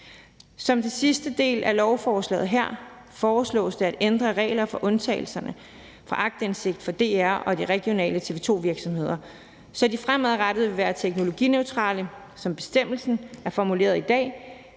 Som den sidste del af lovforslaget her foreslås det at ændre reglerne for undtagelserne for aktindsigt for DR og de regionale TV 2-virksomheder, så de fremadrettet vil være teknologineutrale. Som bestemmelsen er formuleret i dag,